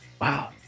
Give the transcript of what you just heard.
Wow